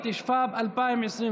התשפ"ב 2021,